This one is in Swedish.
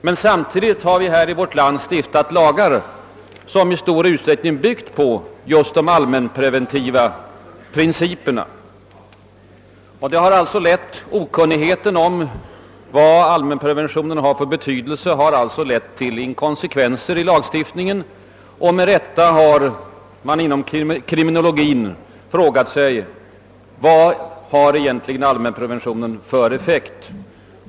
Men samtidigt har det här i vårt land stiftats lagar som i stor utsträckning byggt på just de allmänpreventiva principerna. Okunnigheten om allmänpreventionens betydelse har alltså lett till inkonsekvenser i lagstiftningen. Med rätta har man inom kriminologin frågat sig: Vad har egentligen allmänpreventionen för effekt?